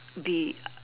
be